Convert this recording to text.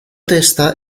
testa